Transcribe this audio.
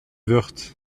woerth